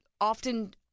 often